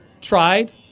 tried